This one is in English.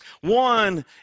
One